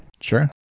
Sure